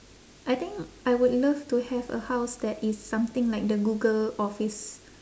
I think I would love to have a house that is something like the google office